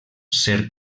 ser